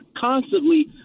constantly